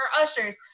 ushers